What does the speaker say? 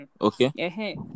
Okay